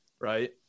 right